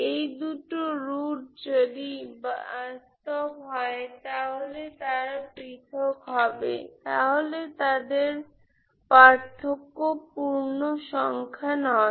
এই দুটো রুট যদি তারা বাস্তব হয় যদি তারা পৃথক হয় তাহলে তাদের পার্থক্য পূর্ণ সংখ্যা নয়